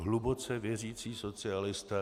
Hluboce věřící socialisté.